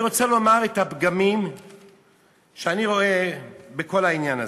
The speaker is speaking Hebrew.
אני רוצה לומר מה הפגמים שאני רואה בכל העניין הזה.